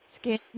skin